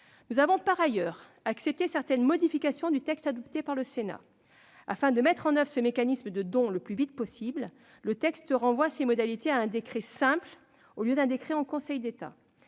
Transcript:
Nous avons par ailleurs accepté certaines modifications du texte adopté par le Sénat. Afin de mettre en oeuvre ce mécanisme de don le plus vite possible, le texte renvoie la détermination de ses modalités d'application à un décret simple au lieu d'un décret en Conseil d'État.